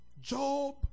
Job